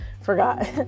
forgot